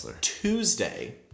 Tuesday